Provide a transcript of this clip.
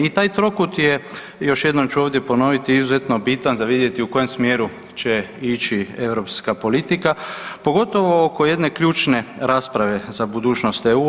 I taj trokut je, još jednom ću ovdje ponoviti izuzetno bitan za vidjeti u kojem smjeru će ići europska politika pogotovo oko jedne ključne rasprave za budućnost EU.